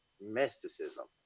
mysticism